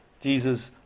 Jesus